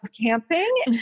camping